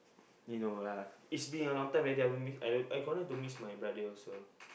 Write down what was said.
you know lah it's been a long time already I miss I gonna to miss my brother also